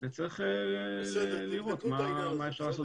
על סדר היום תמיכת משרדי הממשלה באמנים עולים.